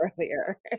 earlier